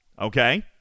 Okay